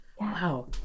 wow